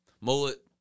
mullet